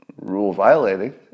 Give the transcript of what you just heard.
rule-violating